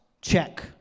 check